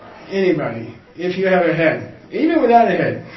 anybody if you have a head, even without a head,